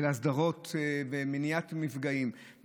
של הסדרות ומניעת מפגעים,